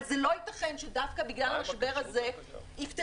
אבל זה לא ייתכן שדווקא בגלל המשבר הזה יפתחו